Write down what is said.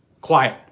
quiet